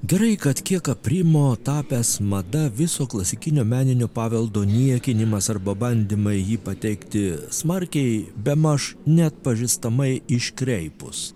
gerai kad kiek aprimo tapęs mada viso klasikinio meninio paveldo niekinimas arba bandymai jį pateikti smarkiai bemaž neatpažįstamai iškreipus